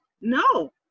No